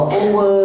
over